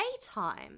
daytime